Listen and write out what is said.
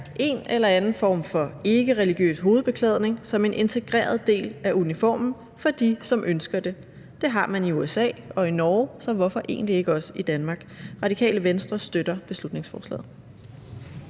en eller anden form for ikkereligiøs hovedbeklædning som en integreret del af uniformen for dem, der ønsker det. Det har man i USA og i Norge, så hvorfor egentlig ikke også i Danmark? Radikale Venstre støtter beslutningsforslaget.